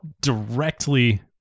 directly